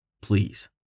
please